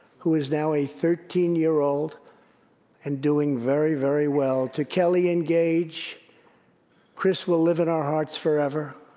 who is now a thirteen year old and doing very, very well. to kelli and gage chris will live in our hearts forever.